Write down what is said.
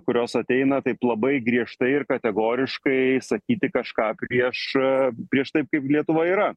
kurios ateina taip labai griežtai ir kategoriškai sakyti kažką prieš prieš tai kaip lietuva yra